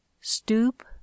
stoop